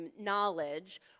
knowledge